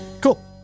Cool